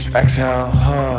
exhale